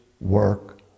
work